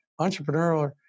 entrepreneurial